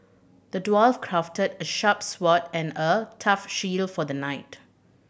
the dwarf crafted a sharp sword and a tough shield for the knight